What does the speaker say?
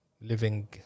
living